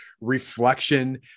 reflection